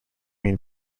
mean